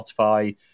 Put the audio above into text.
spotify